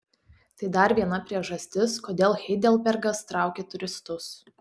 tai dar viena priežastis kodėl heidelbergas traukia turistus